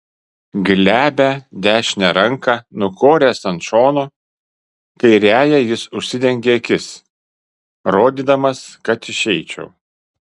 glebią dešinę ranką nukoręs ant šono kairiąja jis užsidengė akis rodydamas kad išeičiau